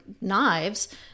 knives